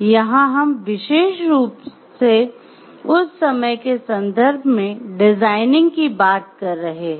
है यहाँ हम विशेष रूप से उस समय के संदर्भ में डिजाइनिंग की बात कर रहे हैं